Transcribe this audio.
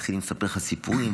מתחילים לספר לך סיפורים,